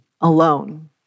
alone